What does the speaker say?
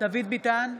דוד ביטן,